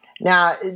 Now